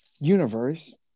universe